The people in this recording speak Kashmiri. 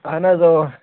اَہن حظ اۭں